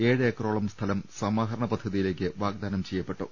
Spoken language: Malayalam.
ഏഴ് ഏക്കറോളം സ്ഥലം സമാഹരണ പദ്ധതിയി ലേക്ക് വാഗ്ദാനം ചെയ്യപ്പെട്ടു